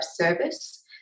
service